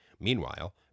Meanwhile